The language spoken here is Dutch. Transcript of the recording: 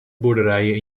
boerderijen